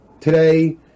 today